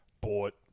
bought